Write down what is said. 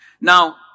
Now